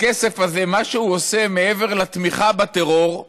הכסף הזה, מה שהוא עושה מעבר לתמיכה בטרור,